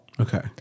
Okay